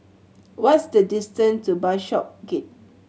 what is the distance to Bishopsgate